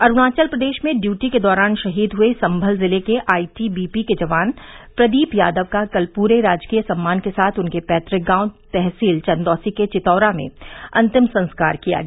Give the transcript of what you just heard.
अरूणाचल प्रदेश में ड्यूटी के दौरान शहीद हुए सम्भल जिले के आईटीबीपी के जवान प्रदीप यादव का कल पूरे राजकीय सम्मान के साथ उनके पैतुक गांव तहसील चन्दौसी के चितौरा में अन्तिम संस्कार किया गया